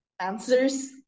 answers